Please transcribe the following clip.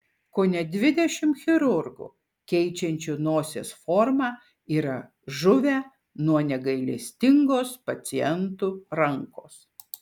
kone dvidešimt chirurgų keičiančių nosies formą yra žuvę nuo negailestingos pacientų rankos